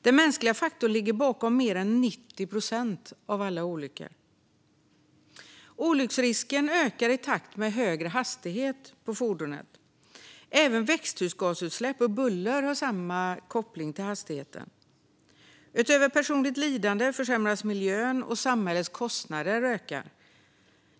Den mänskliga faktorn ligger bakom mer än 90 procent av alla olyckor. Olycksrisken ökar i takt med en högre hastighet på fordonet. Även växthusgasutsläpp och buller har samma koppling till hastigheten. Utöver personligt lidande försämras miljön, och samhällets kostnader ökar.